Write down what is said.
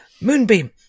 Moonbeam